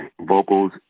vocals